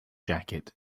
jacket